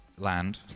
land